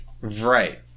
Right